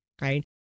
right